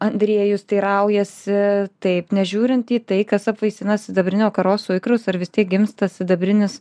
andriejus teiraujasi taip nežiūrint į tai kas apvaisina sidabrinio karoso ikrus ar vis tiek gimsta sidabrinis